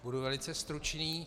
Budu velice stručný.